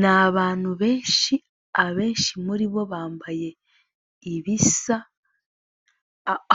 Ni abantu benshi, abenshi muri bo bambaye ibisa,